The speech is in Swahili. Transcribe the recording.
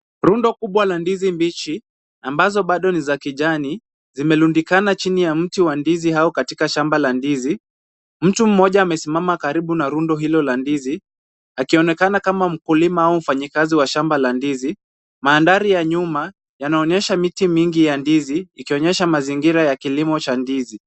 Rundo kubwa la ndizi mbichi ambazo bado ni za kijani zimerundikana chini ya mti wa ndizi hao katika shamba la ndizi. Mtu mmoja amesimama karibu na rundo hilo la ndizi akionekana kama mkulima au mfanyikazi wa shamba la ndizi. Mandhari ya nyuma yanaonyesha miti mingi ya ndizi ikionyesha mazingira ya kilimo cha ndizi.